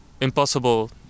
impossible